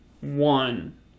one